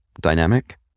dynamic